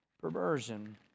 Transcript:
perversion